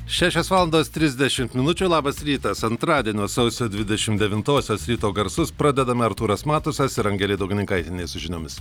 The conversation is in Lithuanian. šešios valandos trisdešimt minučių labas rytas antradienio sausio dvidešim devintosios ryto garsus pradedame artūras matusas ir angelė daugininkaitienė su žiniomis